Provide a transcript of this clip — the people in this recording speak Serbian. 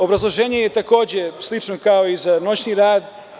Obrazloženje je takođe slično kao i za noćni rad.